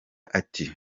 ati